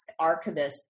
archivists